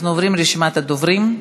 אנחנו עוברים לרשימת הדוברים: